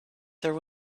there